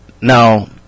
Now